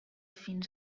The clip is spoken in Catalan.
fins